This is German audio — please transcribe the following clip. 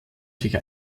sich